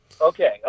okay